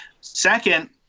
Second